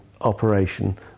operation